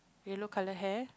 yellow color hair